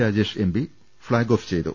Rajesh M P flag off ചെയ്തു